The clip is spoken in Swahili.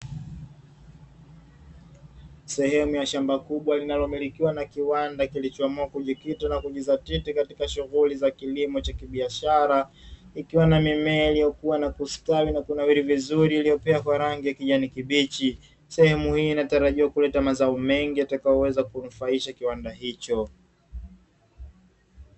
Sehemu ya shamba kubwa linalomilikiwa na kiwanda kilichoamua kujikita na kujizatiti katika shughuli za kilimo cha kibiashara, likiwa na mimea iliyokuwa na kustawi na kunawiri vizuri, iliyo pia kwa rangi ya kijani kibichi, sehemu hii inatarajiwa kuleta mazao mengi yatakayoweza kunufaisha kiwanda hicho.